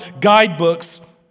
guidebooks